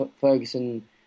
Ferguson